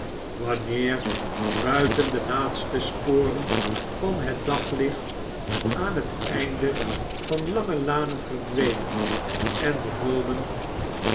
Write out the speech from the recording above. wanneer buiiten de laatste sparen van het daglicht aan het einde van lange lanen verdwenen en de boomen